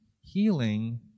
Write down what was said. healing